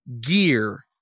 gear